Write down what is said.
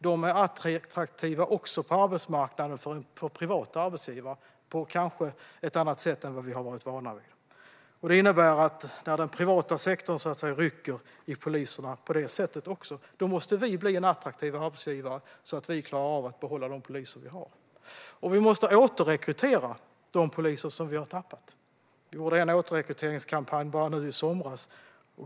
De är attraktiva också för privata arbetsgivare på arbetsmarknaden på ett annat sätt än vad vi har varit vana vid tidigare. När den privata sektorn rycker i poliserna på det sättet måste vi bli en attraktivare arbetsgivare så att vi klarar av att behålla de poliser vi har. Vi måste återrekrytera de poliser vi har tappat. Vi gjorde en återrekryteringskampanj nu i somras.